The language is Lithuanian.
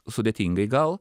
sudėtingai gal